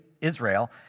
Israel